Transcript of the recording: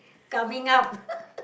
coming up